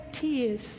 tears